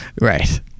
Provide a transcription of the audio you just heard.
Right